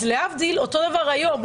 אותו דבר היום,